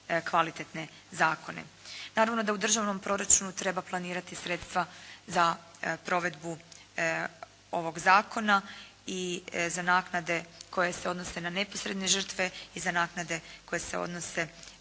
kvalitetne zakone. Naravno da u državnom proračunu treba planirati sredstva za provedbu ovog zakona i za naknade koje se odnose na posredne žrtve. Ako uzmemo u